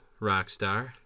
Rockstar